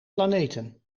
planeten